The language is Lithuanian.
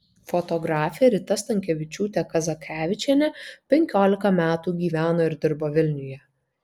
fotografė rita stankevičiūtė kazakevičienė penkiolika metų gyveno ir dirbo vilniuje